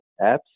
apps